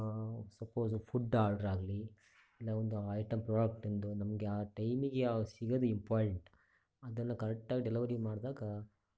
suppose food order ಆಗಲಿ ನಾವೊಂದು item ಪ್ರೋಡಕ್ಟಿಂದು ನಮಗೆ ಆ ಟೈಮಿಗೆ ಯಾವ್ದು ಸಿಗೋದು ಇಂಪಾರ್ಟೆಂಟ್ ಅದನ್ನು ಕರೆಕ್ಟಾಗಿ ಡೆಲಿವರಿ ಮಾಡಿದಾಗ